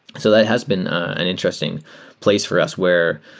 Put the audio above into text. so that has been an interesting place for us where,